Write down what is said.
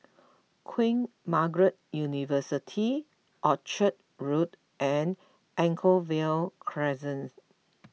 Queen Margaret University Orchard Road and Anchorvale Crescent